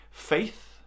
Faith